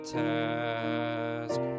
task